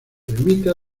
ermita